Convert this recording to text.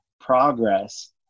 progress